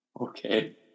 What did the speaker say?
Okay